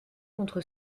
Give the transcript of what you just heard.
contre